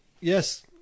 Yes